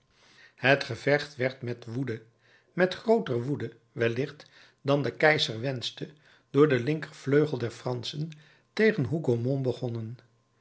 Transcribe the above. het gevecht werd met woede met grooter woede wellicht dan de keizer wenschte door den linkervleugel der franschen tegen hougomont begonnen